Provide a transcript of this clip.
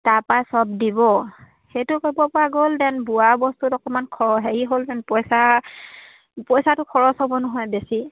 তাৰপা চব দিব সেইটো পইচা পইচাটো খৰচ হ'ব নহয় বেছি